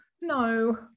no